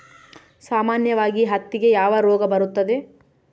ಸಾಮಾನ್ಯವಾಗಿ ಹತ್ತಿಗೆ ಯಾವ ರೋಗ ಬರುತ್ತದೆ?